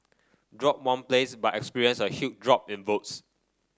dropped one place but experienced a huge drop in votes